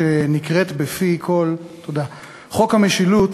שנקראת בפי כול "חוק המשילות",